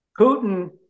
Putin